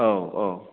औ औ